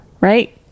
Right